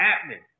happening